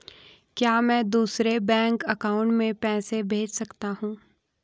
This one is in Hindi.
क्या मैं दूसरे बैंक अकाउंट में पैसे भेज सकता हूँ?